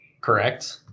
Correct